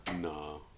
No